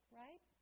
right